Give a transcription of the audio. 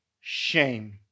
shame